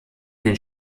den